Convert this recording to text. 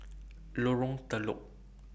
Lorong Telok